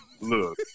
Look